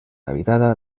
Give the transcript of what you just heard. habitada